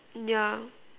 yeah